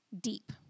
deep